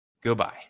goodbye